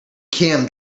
kim